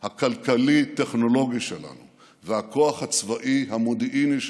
הכלכלי-טכנולוגי שלנו והכוח הצבאי המודיעיני שלנו,